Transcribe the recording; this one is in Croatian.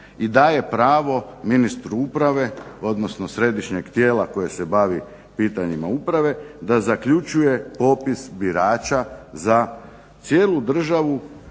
i daje pravo ministru Uprave odnosno središnjeg tijela koje se bavi pitanjima uprave da zaključuje popis birača za cijelu državu